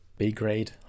B-grade